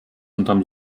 unterm